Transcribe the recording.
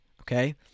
okay